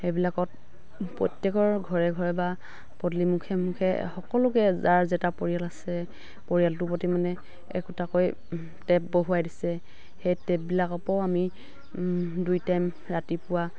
সেইবিলাকত প্ৰত্যেকৰ ঘৰে ঘৰে বা পদূলি মুখে মুখে সকলোকে যাৰ যেইটা পৰিয়াল আছে পৰিয়ালটোৰ প্ৰতি মানে একোটাকৈ টেপ বহুৱাই দিছে সেই টেপবিলাকৰ পৰাও আমি দুই টাইম ৰাতিপুৱা